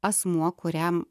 asmuo kuriam